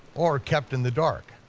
or kept in the dark.